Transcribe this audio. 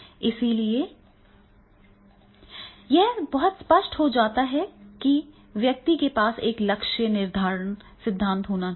इसलिए इसलिए यह बहुत स्पष्ट हो जाता है कि व्यक्ति के पास एक लक्ष्य निर्धारण सिद्धांत होना चाहिए